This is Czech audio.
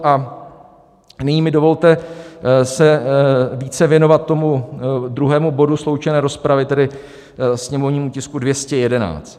A nyní mi dovolte se více věnovat tomu druhému bodu sloučené rozpravy, tedy sněmovnímu tisku 211.